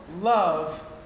love